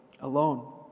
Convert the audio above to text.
alone